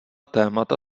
témata